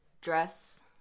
Dress